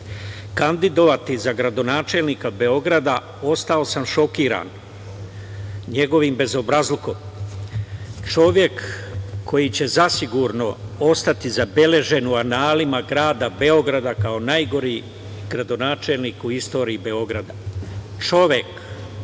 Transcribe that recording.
kandidovati za gradonačelnika Beograda, ostao sam šokiran njegovim bezobrazlukom. Čovek koji će zasigurno ostati zabeležen u analima grada Beograda kao najgori gradonačelnik u istoriji Beograda. Čovek